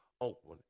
open